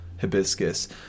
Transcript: hibiscus